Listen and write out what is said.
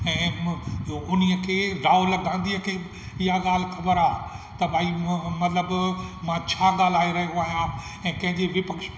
ऐं बि उन्हीअ खे राहुल गांधीअ खे इहा ॻाल्हि ख़बर आहे त भई मतलबु मां छा ॻाल्हाए रहियो आहियां ऐं कंहिं जे विपक्ष में